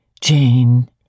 Jane